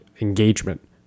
engagement